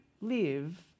live